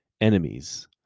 enemies